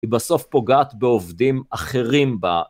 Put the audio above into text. היא בסוף פוגעת בעובדים אחרים ב...